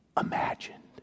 imagined